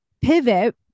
pivot